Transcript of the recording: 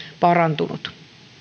parantunut